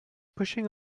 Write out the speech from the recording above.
pushing